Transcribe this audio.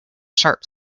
sharp